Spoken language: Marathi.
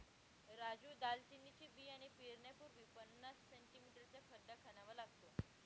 राजू दालचिनीचे बियाणे पेरण्यापूर्वी पन्नास सें.मी चा खड्डा खणावा लागतो